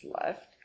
left